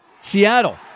Seattle